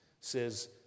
says